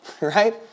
right